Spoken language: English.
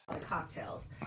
Cocktails